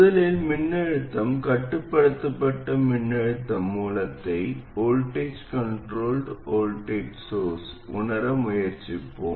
முதலில் மின்னழுத்தம் கட்டுப்படுத்தப்பட்ட மின்னழுத்த மூலத்தை உணர முயற்சிப்போம்